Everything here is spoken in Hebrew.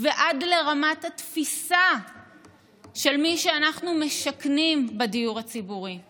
ועד לרמת התפיסה של מי שאנחנו משכנים בדיור הציבורי,